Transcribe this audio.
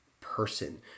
person